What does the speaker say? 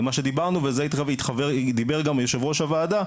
וזה מה שדיברנו ועל זה דיבר גם יושב ראש הוועדה,